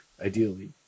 ideally